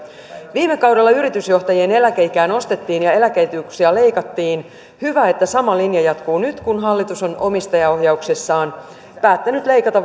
viime kaudella yritysjohtajien eläkeikää nostettiin ja eläke etuuksia leikattiin hyvä että sama linja jatkuu nyt kun hallitus on omistajaohjauksessaan päättänyt leikata